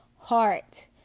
heart